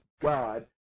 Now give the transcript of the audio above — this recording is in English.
God